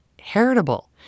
heritable